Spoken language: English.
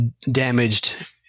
damaged